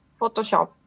Photoshop